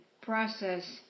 process